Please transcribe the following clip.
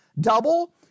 double